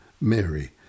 Mary